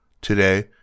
Today